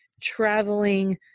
traveling